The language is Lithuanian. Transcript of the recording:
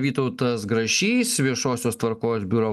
vytautas grašys viešosios tvarkos biuro